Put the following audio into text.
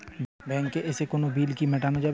ব্যাংকে এসে কোনো বিল কি মেটানো যাবে?